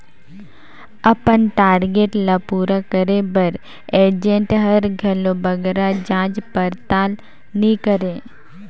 अपन टारगेट ल पूरा करे बर एजेंट हर घलो बगरा जाँच परताल नी करे